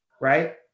right